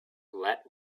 let